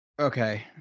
Okay